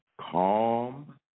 calm